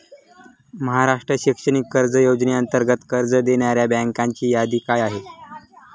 महाराष्ट्र शैक्षणिक कर्ज योजनेअंतर्गत कर्ज देणाऱ्या बँकांची यादी काय आहे?